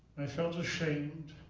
i felt ashamed